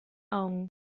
augen